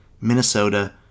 Minnesota